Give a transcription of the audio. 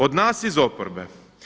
Od nas iz oporbe.